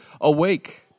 Awake